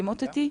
מסכימות איתי?